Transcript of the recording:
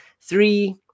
Three